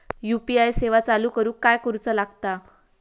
UPI सेवा चालू करूक काय करूचा लागता?